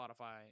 spotify